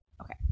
Okay